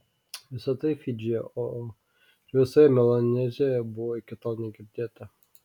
visa tai fidžyje o ir visoje melanezijoje buvo iki tol negirdėta